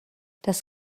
das